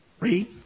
Read